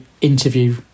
interview